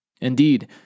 Indeed